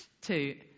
two